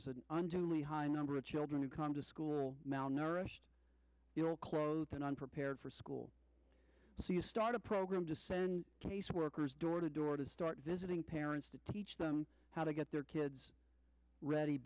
untimely high number of children who come to school malnourished your clothes and unprepared for school so you start a program to send caseworkers door to door to start visiting parents to teach them how to get their kids ready